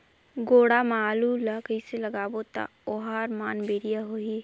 गोडा मा आलू ला कइसे लगाबो ता ओहार मान बेडिया होही?